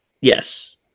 Yes